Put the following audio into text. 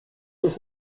was